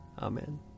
Amen